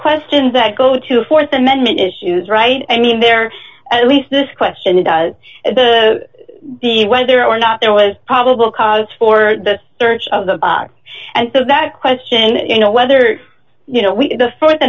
questions that go to th amendment issues right i mean there at least this question does the the whether or not there was probable cause for a search of the body and so that question you know whether you know the th